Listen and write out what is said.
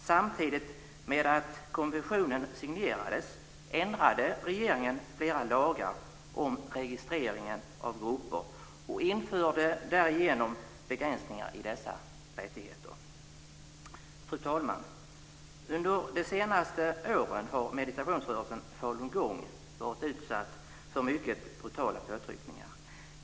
Samtidigt med att konventionen signerades ändrade regeringen flera lagar om registrering av grupper och införde därigenom begränsningar i dessa rättigheter. Fru talman! Under de senaste åren har meditationsrörelsen falungong varit utsatt för mycket brutala påtryckningar.